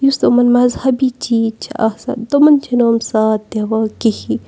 یُس تہِ یِمَن مَذہبی چیٖز چھِ آسان تِمَن چھِنہٕ یِم ساتھ دِوان کِہیٖنۍ